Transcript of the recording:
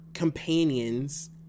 Companions